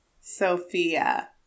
Sophia